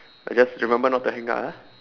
uh just remember not to hang up ah